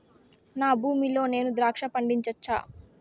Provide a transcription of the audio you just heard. నా భూమి లో నేను ద్రాక్ష పండించవచ్చా?